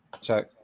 check